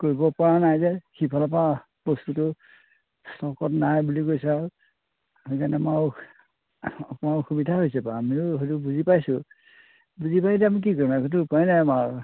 কৰিব পৰা নাই যে সিফালৰপৰা বস্তুটো ইষ্টকত নাই বুলি কৈছে আৰু সেইকাৰণে আমাৰো আমাৰো অসুবিধা হৈছে আমিও হ'লেও বুজি পাইছোঁ বুজি পাই এতিয়া আমি কি কৰিম একোতো উপায় নাই আমাৰো